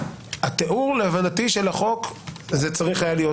התיאור להבנתי של החוק צריך היה להיות